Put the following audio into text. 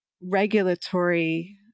regulatory